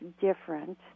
different